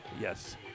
Yes